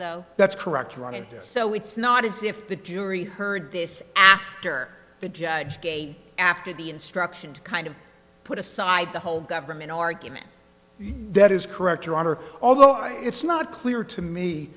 though that's correct running so it's not as if the jury heard this after the judge gave after the instruction to kind of put aside the whole government argument that is correct your honor although i it's not clear to me